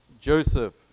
Joseph